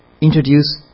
introduce